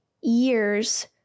years